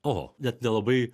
o net nelabai